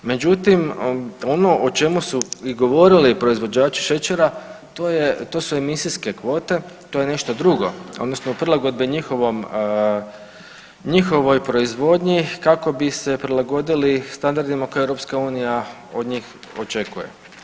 Međutim, ono o čemu su i govorili proizvođači šećera to je, to su emisijske kvote, to je nešto drugo odnosno prilagodbe njihovom, njihovoj proizvodnji kako bi se prilagodili standardima koje EU od njih očekuje.